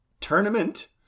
tournament